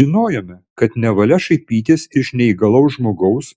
žinojome kad nevalia šaipytis iš neįgalaus žmogaus